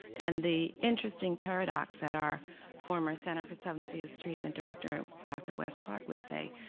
and the interesting paradox at our former center for substance abuse treatment director dr. wes clarke would say,